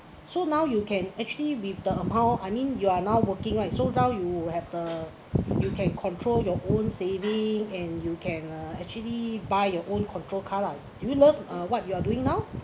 so now you can actually with the amount I mean you are now working right so now you have the you can control your own saving and you can uh actually buy your own control car lah do you love uh what you are doing now